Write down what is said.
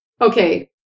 okay